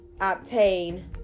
obtain